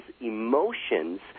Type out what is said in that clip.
emotions